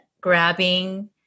grabbing